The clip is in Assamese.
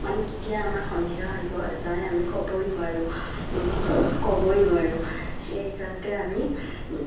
মানে কেতিয়া আমাৰ সন্ধিয়া হৈ গ' যায় আমি ক'বই নোৱাৰোঁ ক'বই নোৱাৰোঁ সেইকাৰণতে আমি